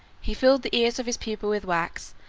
he filled the ears of his people with wax,